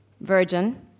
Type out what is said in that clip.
Virgin